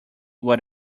what